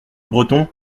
bretons